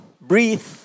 Breathe